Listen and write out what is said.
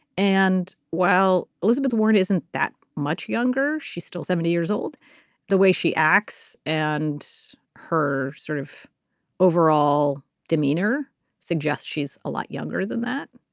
and while elizabeth warren isn't that much younger she's still seventy years old the way she acts and her sort of overall demeanor suggests she's a lot younger than that.